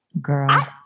girl